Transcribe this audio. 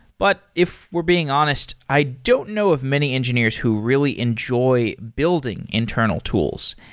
but if we're being honest, i don't know of many engineers who really enjoy building internal tools.